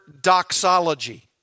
doxology